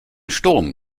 sturm